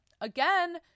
again